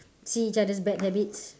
see each other's bad habits